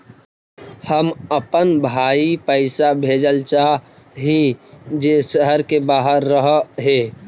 हम अपन भाई पैसा भेजल चाह हीं जे शहर के बाहर रह हे